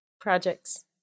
Projects